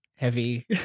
heavy